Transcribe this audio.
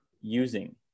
using